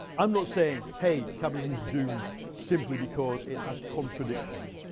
i'm not saying, hey, capitalism's doomed simply because it has contradictions.